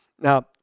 Now